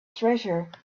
treasure